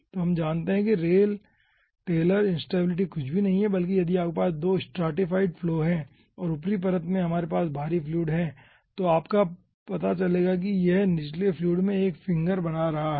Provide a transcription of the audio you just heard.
तो हम जानते हैं कि रेल टेलर इंस्टैबिलिटी कुछ भी नहीं है बल्कि यदि आपके पास 2 स्ट्राटीफाईड फ्लो हैं और ऊपरी परत में हमारे पास भारी फ्लूइड है तो आपको पता चलेगा कि यह निचले फ्लूइड में एक फिंगर बना रहा है